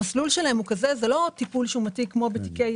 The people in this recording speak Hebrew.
המסלול שלהן הוא לא טיפול שומתי כמו בתיקי